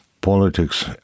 politics